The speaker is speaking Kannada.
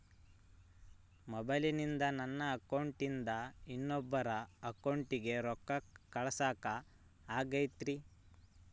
ಮೊಬೈಲಿಂದ ನನ್ನ ಅಕೌಂಟಿಂದ ಇನ್ನೊಬ್ಬರ ಅಕೌಂಟಿಗೆ ರೊಕ್ಕ ಕಳಸಾಕ ಆಗ್ತೈತ್ರಿ?